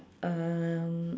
um